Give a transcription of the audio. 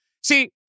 See